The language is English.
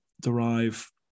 derive